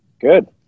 Good